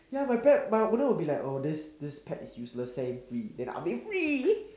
ya my pet my owner will be like oh this this pet is useless set it free then I'll be free